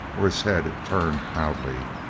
or his head turned proudly.